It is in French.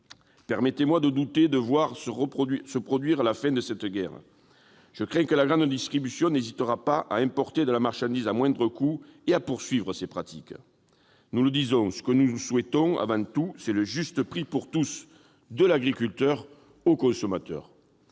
Permettez-moi de douter que se produise la fin de cette guerre. Je crains que la grande distribution n'hésite pas à importer de la marchandise à moindre coût et à poursuivre ses pratiques. Nous le disons : ce que nous souhaitons avant tout, c'est le juste prix pour tous, de l'agriculteur au consommateur.